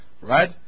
right